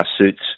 suits